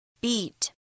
Beat